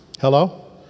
Hello